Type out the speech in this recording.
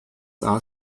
are